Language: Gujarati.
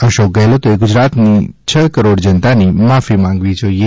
અશોક ગેહલોતે ગુજરાતની છ કરોડ જનતાની માફી માંતાવી જોઇએ